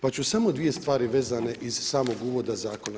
Pa ću samo dvije stvari vezane iz samog uvoda zakona.